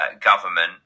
government